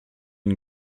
une